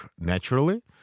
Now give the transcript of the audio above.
naturally